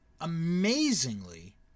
amazingly